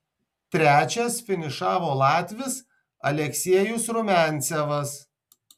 trečias finišavo latvis aleksejus rumiancevas